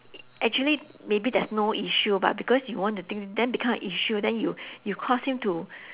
actually maybe there's no issue but because you want to dig then become an issue then you you cause him to